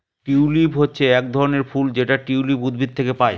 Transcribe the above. tulip হচ্ছে এক ধরনের ফুল যেটা টিউলিপ উদ্ভিদ থেকে পায়